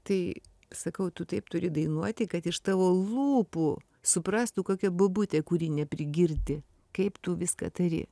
tai sakau tu taip turi dainuoti kad iš tavo lūpų suprastų kokia bobutė kuri neprigirdi kaip tu viską tari